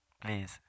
Please